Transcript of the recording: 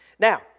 Now